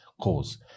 cause